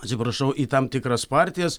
atsiprašau į tam tikras partijas